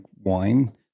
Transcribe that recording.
wine